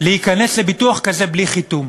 להיכנס לביטוח כזה בלי חיתום.